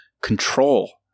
control